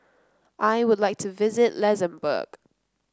I would like to visit Luxembourg